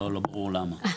לא ברור למה.